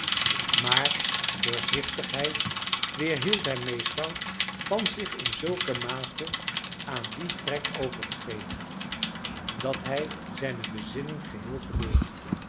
maar voorzichtigheid weerhield hem meestal van zich in zulke mate aan dien trek over te geven dat hij zijne bezinning geheel verloor